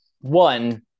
one